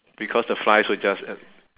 because the flies will just